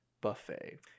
buffet